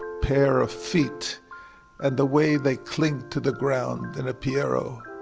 pair of feet and the way they cling to the ground in a pierro?